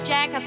Jack